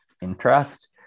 interest